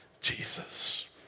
Jesus